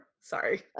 Sorry